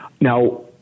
now